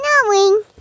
snowing